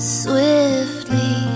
swiftly